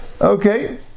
Okay